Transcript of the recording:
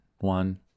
one